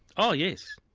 oh yes.